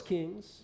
Kings